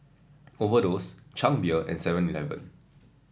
Overdose Chang Beer and Seven Eleven